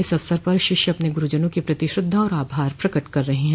इस अवसर पर शिष्य अपने गुरूजनों के प्रति श्रद्धा और आभार प्रकट कर रहे हैं